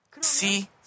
see